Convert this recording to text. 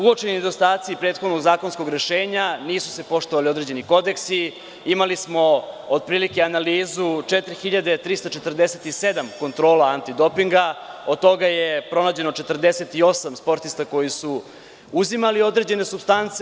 Uočeni nedostaci prethodnog zakonskog rešenja, nisu se poštovali određeni kodeksi, imali smo otprilike analizu 4347 kontrola antidopinga, od toga je pronađeno 48 sportista koji su uzimali određene supstance.